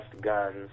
guns